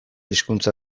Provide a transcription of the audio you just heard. hizkuntza